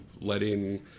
letting